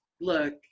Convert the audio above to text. look